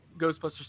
Ghostbusters